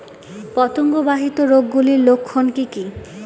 পতঙ্গ বাহিত রোগ গুলির লক্ষণ কি কি?